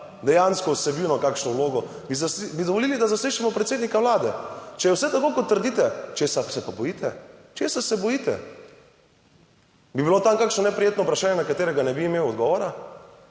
dejansko vsebino kakšno vlogo, bi dovolili, da zaslišimo predsednika Vlade. Če je vse tako kot trdite, česa se pa bojite, česa se bojite? Bi bilo tam kakšno neprijetno vprašanje, na katerega ne bi imel odgovora?